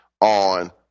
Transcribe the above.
on